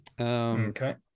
Okay